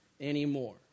anymore